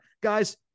Guys